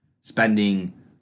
Spending